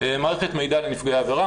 מערכת מידע לנפגעי עבירה,